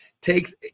takes